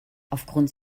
aufgrund